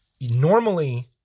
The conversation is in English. normally